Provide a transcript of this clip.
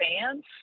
fans